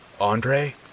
Andre